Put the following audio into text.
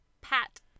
pat